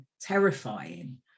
terrifying